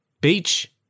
Beach